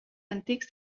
antics